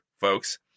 folks